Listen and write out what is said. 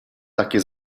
takie